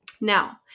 Now